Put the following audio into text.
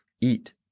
Eat